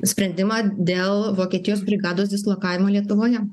sprendimą dėl vokietijos brigados dislokavimo lietuvoje